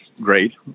great